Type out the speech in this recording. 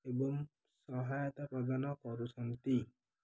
ଏବଂ ସହାୟତା ପ୍ରଦାନ କରୁଛନ୍ତି